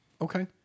Okay